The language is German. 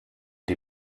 die